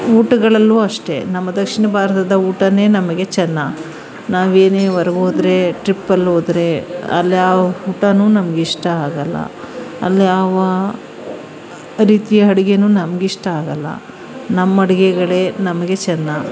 ಊಟಗಳಲ್ಲೂ ಅಷ್ಟೇ ನಮ್ಮ ದಕ್ಷಿಣ ಭಾರತದ ಊಟನೇ ನಮಗೆ ಚೆನ್ನ ನಾವೇನೇ ಹೊರಗೋದ್ರೆ ಟ್ರಿಪ್ಪಲ್ಲೋದ್ರೆ ಅಲ್ಯಾವು ಊಟನೂ ನಮಗಿಷ್ಟ ಆಗಲ್ಲ ಅಲ್ಯಾವ ರೀತಿಯ ಅಡಿಗೆಯೂ ನಮಗಿಷ್ಟ ಆಗಲ್ಲ ನಮ್ಮ ಅಡುಗೆಗಳೇ ನಮಗೆ ಚೆನ್ನ